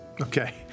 Okay